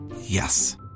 Yes